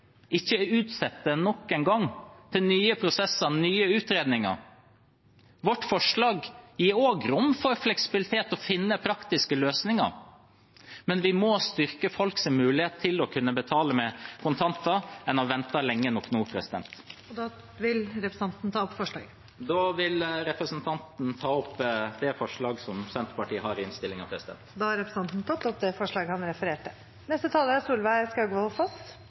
ikke utsette det nok en gang, til nye prosesser, nye utredninger. Vårt forslag gir også rom for fleksibilitet til å finne praktiske løsninger, men vi må styrke folks mulighet til å kunne betale med kontanter. En har ventet lenge nok nå. Jeg tar opp forslaget fra Senterpartiet. Representanten Sigbjørn Gjelsvik har tatt opp det forslaget han refererte til. Tidene forandrer seg. Det er ikke noe galt i